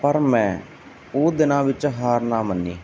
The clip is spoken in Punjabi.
ਪਰ ਮੈਂ ਉਹ ਦਿਨਾਂ ਵਿੱਚ ਹਾਰ ਨਾ ਮੰਨੀ